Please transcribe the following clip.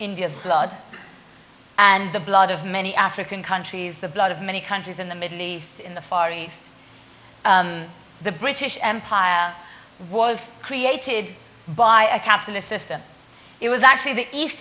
india's blood and the blood of many african countries the blood of many countries in the middle east in the far east the british empire was created by a capitalist system it was actually the east